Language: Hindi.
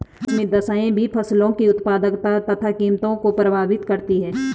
मौसमी दशाएं भी फसलों की उत्पादकता तथा कीमतों को प्रभावित करती है